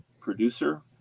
producer